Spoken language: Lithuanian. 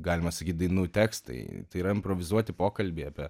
galima sakyt dainų tekstai tai yra improvizuoti pokalbiai apie